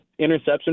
interception